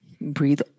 Breathe